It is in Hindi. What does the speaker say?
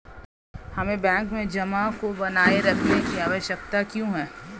हमें बैंक में जमा को बनाए रखने की आवश्यकता क्यों है?